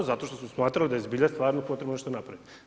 Zato što su smatrali da je zbilja stvarno potrebno nešto napravit.